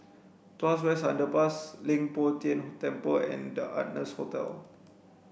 Tuas West Underpass Leng Poh Tian Temple and The Ardennes Hotel